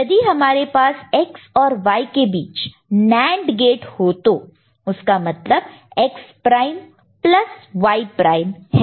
यदि हमारे पास X और Y के बीच NAND गेट हो तो उसका मतलब X prime plus Y prime हैं